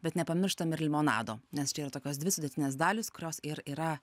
bet nepamirštam ir limonado nes čia yra tokios dvi sudėtinės dalys kurios ir yra